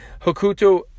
Hokuto